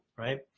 Right